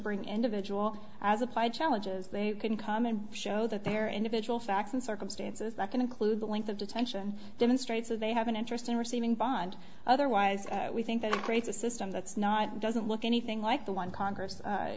bring individual as applied challenges they can come and show that their individual facts and circumstances that can include the length of detention demonstrates that they have an interest in receiving bond otherwise we think that it creates a system that's not doesn't look anything like the one congress